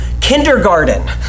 kindergarten